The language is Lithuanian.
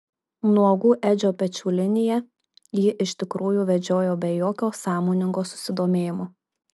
nuogų edžio pečių liniją ji iš tikrųjų vedžiojo be jokio sąmoningo susidomėjimo